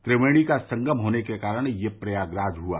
त्रिवेणी का संगम होने के कारण यह प्रयागराज हुआ